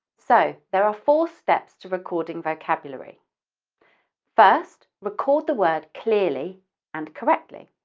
so, there are four steps to recording vocabulary first, record the word clearly and correctly